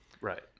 Right